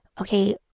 okay